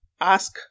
ask